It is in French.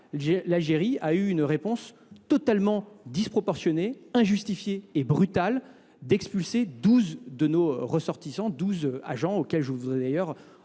l'Algérie a eu une réponse totalement disproportionnée, injustifiée et brutale d'expulser 12 de nos ressortissants, 12 agents auxquels je voudrais d'ailleurs La